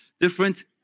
different